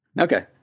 Okay